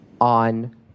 on